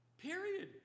Period